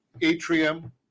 atrium